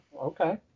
Okay